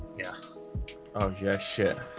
yeah oh yes shit,